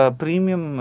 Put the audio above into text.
premium